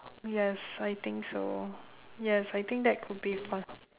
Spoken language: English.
yes I think so yes I think that could be fun